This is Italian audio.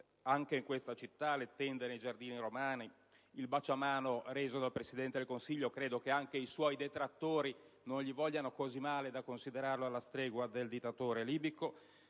anche in questa città: le tende nei giardini romani, il baciamano reso dal Presidente del Consiglio (al quale anche i suoi detrattori non vogliono così male da considerarlo alla stregua del dittatore libico),